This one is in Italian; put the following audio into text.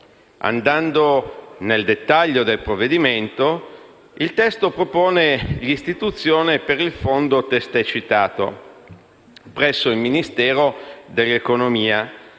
Andando nel dettaglio del provvedimento, il testo propone l'istituzione del Fondo testé citato presso il Ministero dell'economia